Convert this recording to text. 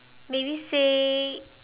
maybe say